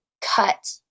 cut